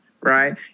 right